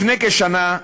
לפני כשנה,